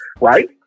Right